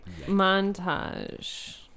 Montage